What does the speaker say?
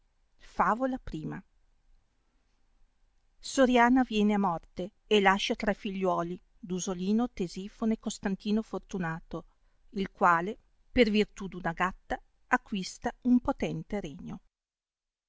favola i soriana viene a morte e lascia tre figliuoli dusolino tesifone e costantino fortunato il quale per virtù d una gatta acquista un potente regno